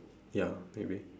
ya maybe